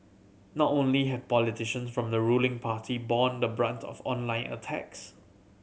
not only have politicians from the ruling party borne the brunt of online attacks